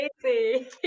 crazy